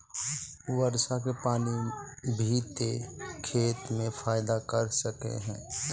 वर्षा के पानी भी ते खेत में फायदा कर सके है?